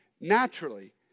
naturally